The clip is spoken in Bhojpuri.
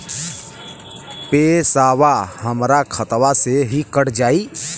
पेसावा हमरा खतवे से ही कट जाई?